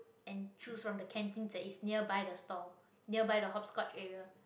and choose from the canteen that is nearby the stall nearby the hopscotch area